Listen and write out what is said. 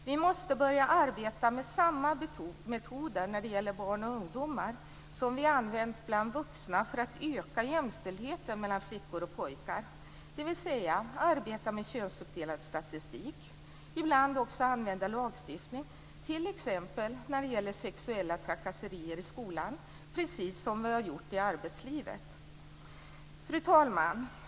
Vi måste börja arbeta med samma metoder när det gäller barn och ungdomar som vi har använt bland vuxna för att öka jämställdheten mellan flickor och pojkar, dvs. arbeta med könsuppdelad statistik. Ibland måste vi också använda lagstiftning, t.ex. när det gäller sexuella trakasserier i skolan, precis som vi har gjort i arbetslivet. Fru talman!